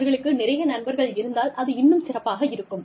அவர்களுக்கு நிறைய நண்பர்கள் இருந்தால் அது இன்னும் சிறப்பாக இருக்கும்